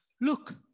Look